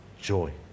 joy